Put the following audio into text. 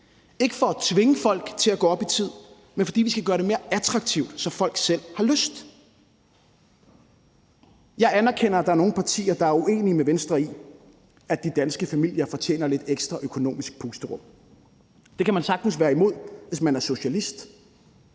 ikke for at tvinge folk til at gå op i tid, men fordi vi skal gøre det mere attraktivt, så folk selv har lyst. Jeg anerkender, at der er nogle partier, der er uenige med Venstre i, at de danske familier fortjener lidt ekstra økonomisk pusterum. Det kan man sagtens være imod, hvis man er socialist,